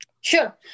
sure